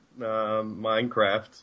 Minecraft